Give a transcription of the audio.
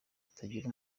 hatagira